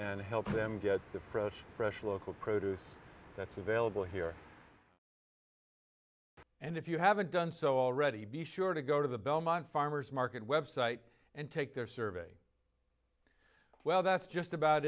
and help them get the fresh fresh local produce that's available here and if you haven't done so already be sure to go to the belmont farmer's market website and take their survey well that's just about